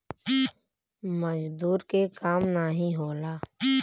मजदूर के काम नाही होला